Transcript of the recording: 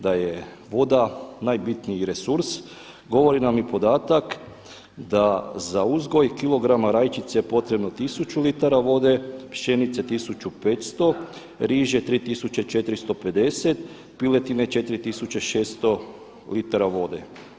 Da je voda najbitniji resurs govori nam i podatak da za uzgoj kilograma rajčice potrebno je 1000 litara vode, pšenice 1500, riže 3450, piletine 4600 litara vode.